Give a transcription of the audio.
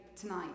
tonight